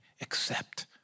accept